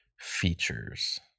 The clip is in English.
features